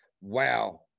wow